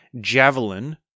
javelin